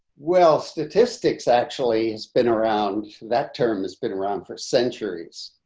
well, statistics actually spin around that term has been around for centuries.